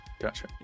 Gotcha